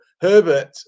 Herbert